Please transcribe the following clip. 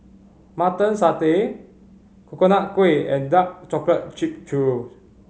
Mutton Satay Coconut Kuih and dark chocolate cheap churro